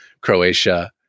Croatia